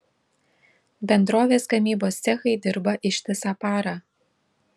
bendrovės gamybos cechai dirba ištisą parą